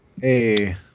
hey